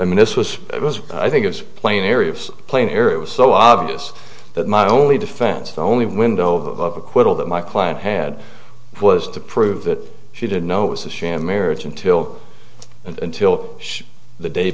i mean this was it was i think it was plain areas plain here it was so obvious that my only defense the only window of acquittal that my client had was to prove that she did know it was a sham marriage until until the day